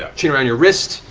yeah chain around your wrist,